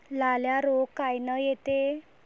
लाल्या रोग कायनं येते?